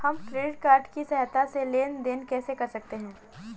हम credit card की सहायता से लेन देन कैसे कर सकते हैं?